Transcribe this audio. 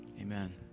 amen